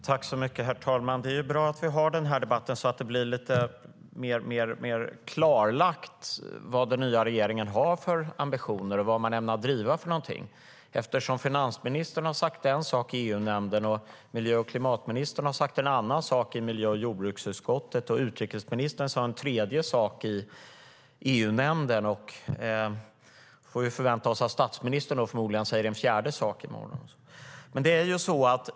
Herr talman! Det är bra att vi har den här debatten så att det blir lite mer klarlagt vilka ambitioner den nya regeringen har och vad de ämnar driva. Finansministern har nämligen sagt en sak i EU-nämnden, klimat och miljöministern har sagt en annan sak i miljö och jordbruksutskottet och utrikesministern har sagt en tredje sak i EU-nämnden. Nu kan vi väl förvänta oss att statsministern förmodligen säger en fjärde sak i morgon.